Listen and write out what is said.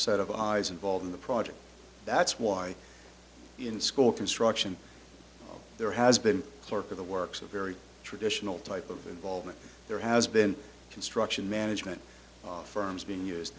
set of eyes involved in the project that's why in school construction there has been work of the works a very traditional type of involvement there has been construction management firms being used